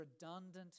redundant